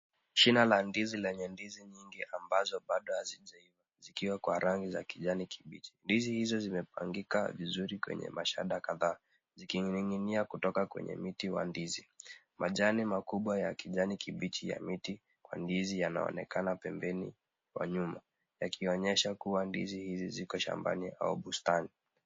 Shina la ndizi lenye ndizi nyingi ambazo bado hazijaiva zikiwa kwa rangi za kijani kibichi. Ndizi hizo zimepangika vizuri kwenye mashada kadhaa zikining'inia kutoka kwenye miti wa ndizi. Majani makubwa ya kijani kibichi ya miti kwa ndizi, yaonekana pembeni mwa nyumba yakionyesha kuwa ndizi hizi ziko shambani au bustani.